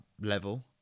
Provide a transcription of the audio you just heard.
level